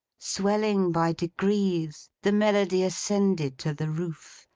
swelling by degrees, the melody ascended to the roof,